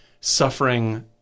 suffering